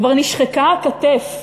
כבר נשחקה הכתף,